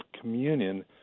communion